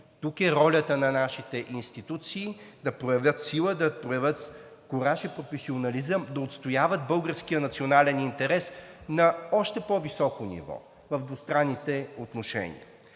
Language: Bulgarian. Тук е ролята на нашите институции да проявят сила, да проявят кураж и професионализъм и да отстояват българския национален интерес на още по-високо ниво в двустранните отношения.